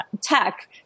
tech